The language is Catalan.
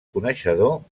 coneixedor